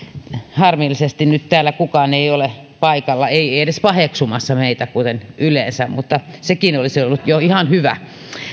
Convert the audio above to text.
harmillisesti nyt täällä kukaan ei ole paikalla ei ei edes paheksumassa meitä kuten yleensä sekin olisi ollut jo ihan hyvä